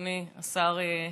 אדוני השר הנגבי.